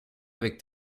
avec